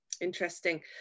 Interesting